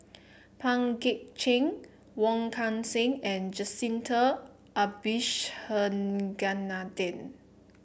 Pang Guek Cheng Wong Kan Seng and Jacintha Abisheganaden